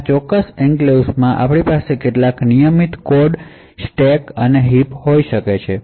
આ ચોક્કસ એન્ક્લેવ્સ માં તમારી પાસે કેટલાક નિયમિત કોડ સ્ટેક અને હીપ છે